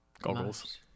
Goggles